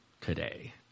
today